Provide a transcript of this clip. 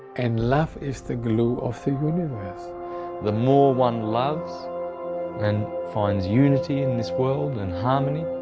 and love is the glue of the universe. the more one loves and finds unity in this world and harmony,